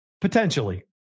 Potentially